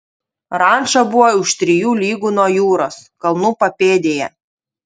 ranča buvo už trijų lygų nuo jūros kalnų papėdėje